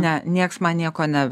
ne niekas man nieko ne